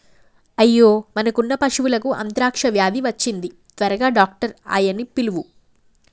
అయ్యో మనకున్న పశువులకు అంత్రాక్ష వ్యాధి వచ్చింది త్వరగా డాక్టర్ ఆయ్యన్నీ పిలువు